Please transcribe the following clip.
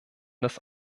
das